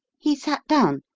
he sat down,